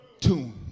tune